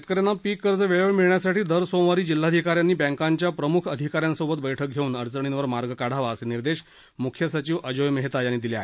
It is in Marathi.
शेतकऱ्यांना पीक कर्ज वेळेवर मिळण्यासाठी दर सोमवारी जिल्हाधिकाऱ्यांनी बॅंकांच्या प्रमुख अधिकाऱ्यांसोबत बैठक घेऊन अडचणींवर मार्ग काढावा असे निर्देश मुख्य सचिव अजोय मेहता यांनी दिले आहेत